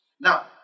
Now